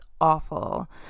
awful